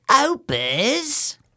Opus